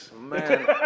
man